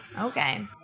Okay